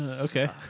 Okay